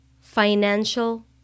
financial